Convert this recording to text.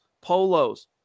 polos